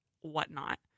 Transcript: whatnot